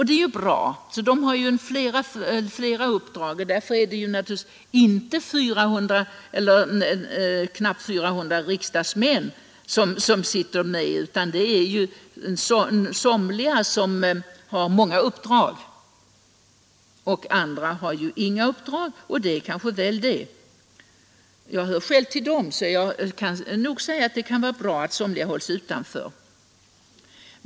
Dessa ledamöter har flera utredningsuppdrag, och därför är det naturligtvis inte 400 olika riksdagsmän som sitter med i utredningarna, utan somliga har många uppdrag medan andra inte har några alls — och det är kanske väl det; jag hör själv till de senare, så jag kan nog säga att det är bra att somliga hålls utanför.